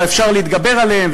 אבל אפשר להתגבר עליהן,